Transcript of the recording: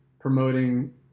promoting